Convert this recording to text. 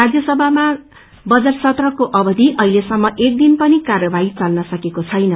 राज्यसभामा बजट सत्रको अवधि अहितेसम एकदिन पनि कार्यवाही चल्न सकेको छैन